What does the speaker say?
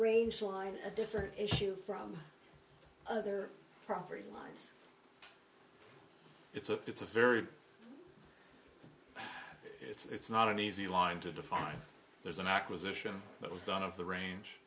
a different issue from other property lines it's a it's a very it's not an easy line to define there's an acquisition that was done of the range